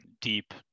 deep